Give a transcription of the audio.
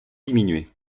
diminuer